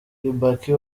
kibaki